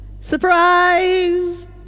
Surprise